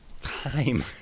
time